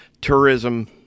tourism